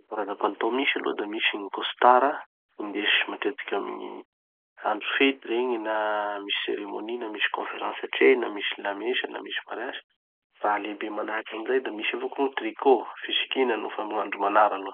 Gny karaza palitao misy aloha da misy gny costard, indesy matetiky amy gny andro fety regny na misy cérémonie na misy conférence atrehina na misy lamesa na misy mariazy. Raha lehibe manahaky anizay. Da misy avao koa gny tricot, fisikina nofa amy gn'andro manara aloha.